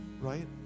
right